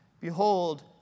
Behold